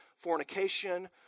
fornication